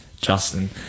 Justin